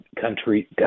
country